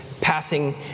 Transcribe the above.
passing